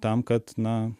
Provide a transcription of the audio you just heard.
tam kad na